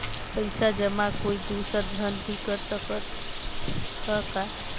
पइसा जमा कोई दुसर झन भी कर सकत त ह का?